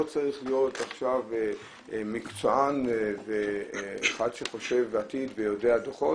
לא צריך להיות מקצוען ואחד שחושב עתיד ויודע דוחות,